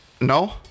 No